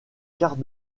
quarts